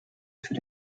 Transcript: für